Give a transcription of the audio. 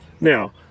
Now